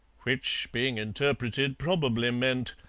which, being interpreted, probably meant,